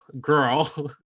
girl